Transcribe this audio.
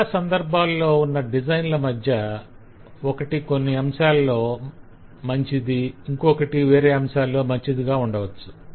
చాలా సందర్భాలలో ఉన్న డిజైన్ల మధ్య ఒకటి కొన్ని అంశాలలో మంచిది ఇంకొకటి వేరే అంశాలలో మంచిదిగా ఉండవచ్చు